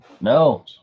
No